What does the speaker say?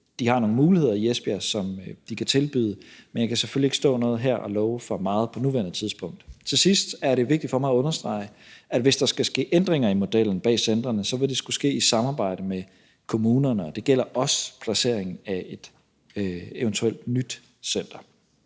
de har nogle muligheder i Esbjerg, de kan tilbyde, men jeg kan selvfølgelig ikke stå her og love for meget på nuværende tidspunkt. Til sidst er det vigtigt for mig at understrege, at hvis der skal ske ændringer i modellen bag centrene, så vil det skulle ske i samarbejde med kommunerne, og det gælder også placeringen af et eventuelt nyt center.